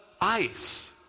ice